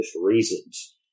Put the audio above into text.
reasons